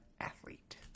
athlete